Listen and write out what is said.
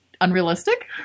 unrealistic